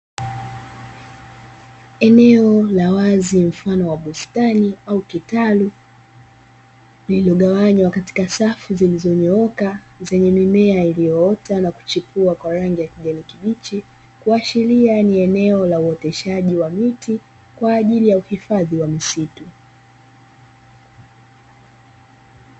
Eneo la wazi mfano wa bustani au kitalu, lililogawanywa katika safu zilizonyooka zenye mimea iliyoota na kuchipua kwa rangi ya kijani kibichi, kuashiria ni eneo la uoteshaji wa miti kwa ajili ya uhifadhi wa misitu.